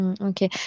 Okay